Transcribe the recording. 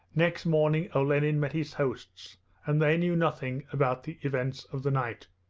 next morning olenin met his hosts and they knew nothing about the events of the night.